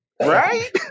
Right